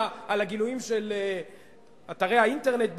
על הגילויים של אתרי האינטרנט בעולם,